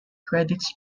credits